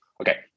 Okay